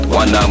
one